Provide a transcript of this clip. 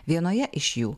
vienoje iš jų